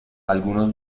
algunos